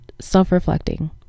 self-reflecting